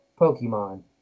Pokemon